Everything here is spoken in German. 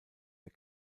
der